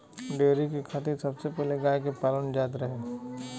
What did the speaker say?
dairy के खातिर सबसे पहिले गाय के पालल जात रहल